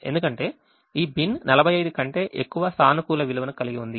ఎందుకంటే ఈ బిన్ 45 కంటే ఎక్కువ సానుకూల విలువను కలిగి ఉంది